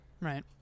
Right